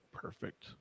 Perfect